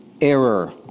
error